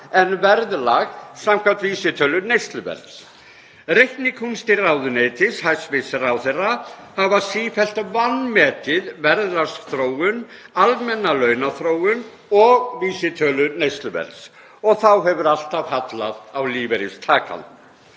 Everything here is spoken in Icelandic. en verðlag samkvæmt vísitölu neysluverðs. Reiknikúnstir ráðuneytis hæstv. ráðherra hafa sífellt vanmetið verðlagsþróun, almenna launaþróun og vísitölu neysluverðs og þá hefur alltaf hallað á lífeyristakann.